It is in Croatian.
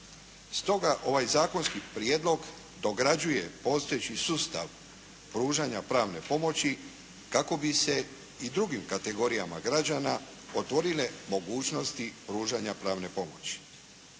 Stoga ovaj zakonski prijedlog dograđuje postojeći sustav pružanja pravne pomoći kako bi se i drugim kategorijama građana otvorile mogućnosti pružanja pravne pomoći.